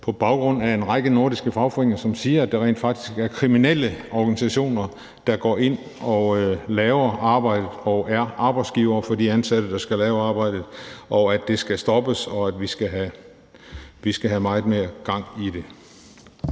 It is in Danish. på baggrund af, at en række nordiske fagforeninger siger, at der rent faktisk er kriminelle organisationer, der går ind og udfører opgaverne og er arbejdsgivere for de ansatte, der skal lave arbejdet, og at det skal stoppes, og at vi skal have meget mere gang i det.